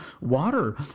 water